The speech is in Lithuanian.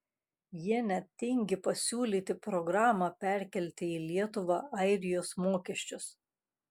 jie net tingi pasiūlyti programą perkelti į lietuvą airijos mokesčius